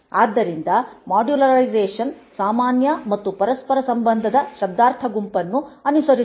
ಆದ್ದರಿಂದ ಮಾಡ್ಯುಲರೈಸೇಶನ್ ಸಾಮಾನ್ಯ ಮತ್ತು ಪರಸ್ಪರ ಸಂಬಂಧದ ಶಬ್ದಾರ್ಥದ ಗುಂಪನ್ನು ಅನುಸರಿಸಬೇಕು